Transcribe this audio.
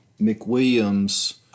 mcwilliams